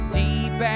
deep